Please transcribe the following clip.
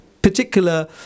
Particular